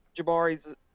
Jabari's